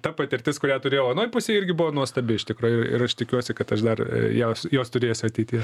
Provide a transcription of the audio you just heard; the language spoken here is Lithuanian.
ta patirtis kurią turėjau anoj pusėj irgi buvo nuostabi iš tikrųjų ir aš tikiuosi kad aš dar jos jos turėsiu ateityje